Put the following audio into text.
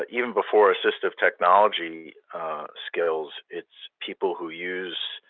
ah even before assistive technology skills, it's people who use